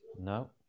No